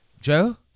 Joe